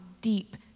deep